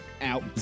out